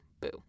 Boo